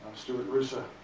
stuart roosa,